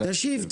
תשיב.